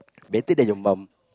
better than your mum